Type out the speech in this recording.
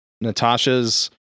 Natasha's